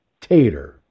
Tater